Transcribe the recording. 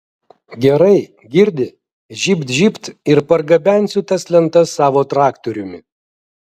gerai girdi žybt žybt ir pargabensiu tas lentas savo traktoriumi